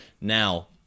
now